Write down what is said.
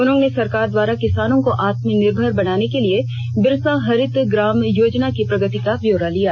उन्होंने सरकार द्वारा किसानों को आत्मनिर्भर बनाने के लिए बिरसा हरित ग्राम योजना की प्रगति का ब्यौरा लिया